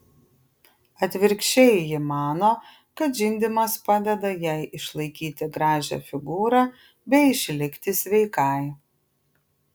atvirkščiai ji mano kad žindymas padeda jai išlaikyti gražią figūrą bei išlikti sveikai